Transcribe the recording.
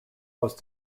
most